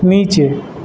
نیچے